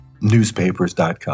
newspapers.com